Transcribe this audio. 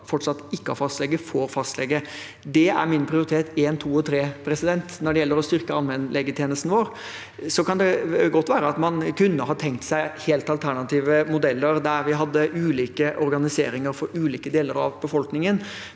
fortsatt ikke har fastlege, får fastlege. Det er mine prioriteter nr. én, to og tre. Når det gjelder å styrke allmennlegetjenesten vår, kan det godt være at man kunne ha tenkt seg helt alternative modeller, der vi hadde ulik organisering for ulike deler av befolkningen,